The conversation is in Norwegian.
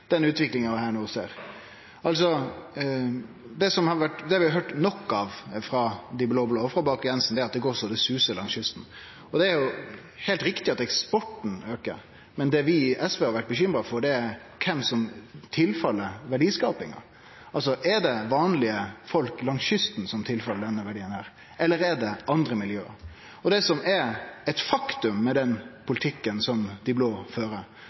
den utviklinga vi no ser. Det vi har høyrt nok av frå dei blå-blå og frå Bakke-Jensen, er at det går så det suser langs kysten. Det er heilt riktig at eksporten aukar, men det vi i SV har vore bekymra for, er kven verdiskapinga går til. Er det vanlege folk langs kysten verdiane går til, eller er det andre miljø? Det som er eit faktum med den politikken som dei blå fører,